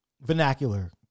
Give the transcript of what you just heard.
vernacular